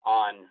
on